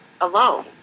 alone